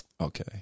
okay